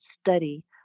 study